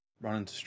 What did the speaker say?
running